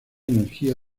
energía